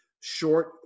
short